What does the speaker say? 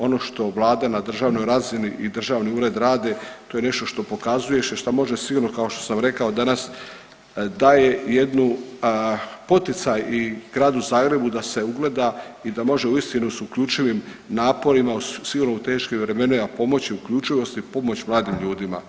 Ono što vlada na državnoj razini i državni ured rade to je nešto što pokazuje i što može sigurno, kao što sam rekao danas, daje jednu poticaj i Gradu Zagrebu da se ugleda i da može uistinu s uključivim naporima sigurno u teškim vremenima pomoći uključivosti pomoć mladim ljudima.